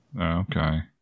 Okay